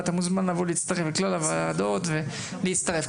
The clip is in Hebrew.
אתה מוזמן לבוא לכלל הוועדות ולהצטרף.